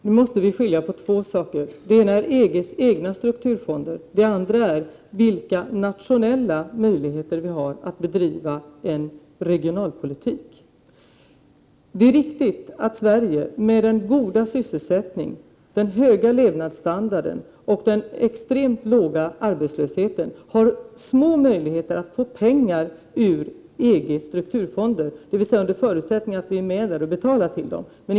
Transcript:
Herr talman! Nu måste vi skilja mellan två saker. Det ena är EG:s egna strukturfonder, det andra de nationella möjligheter som vi har att bedriva en regionalpolitik. 41 Det är riktigt att Sverige med sin goda sysselsättning, höga levnadsstandard och extremt låga arbetslöshet har små möjligheter att få pengar ur EG:s strukturfonder, under förutsättning att vi går med i dem och betalar till dem.